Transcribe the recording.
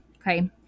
Okay